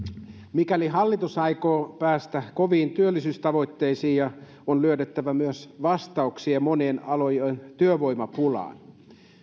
mikäli hallitus aikoo päästä koviin työllisyystavoitteisiin on löydettävä myös vastauksia monien alojen työvoimapulaan